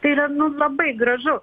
tai yra nu labai gražu